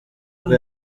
bwo